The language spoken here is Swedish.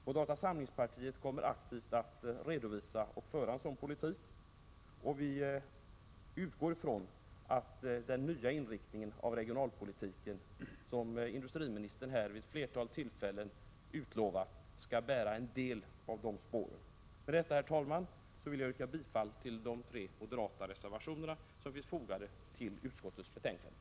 Moderata samlingspartiet kommer aktivt att redovisa och föra en sådan politik, och vi utgår från att den nya inriktningen av regionalpolitiken, som industriministern vid ett flertal tillfällen här i kammaren utlovat, skall bära en del av dessa spår. Med detta, herr talman, vill jag yrka bifall till de tre moderata reservationerna som är fogade till utskottets betänkande.